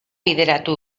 bideratu